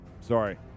sorry